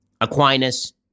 Aquinas